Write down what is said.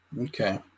Okay